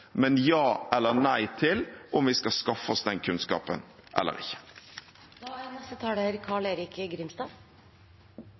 men ja eller nei til om vi skal skaffe oss den kunnskapen eller